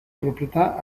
proprietà